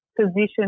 position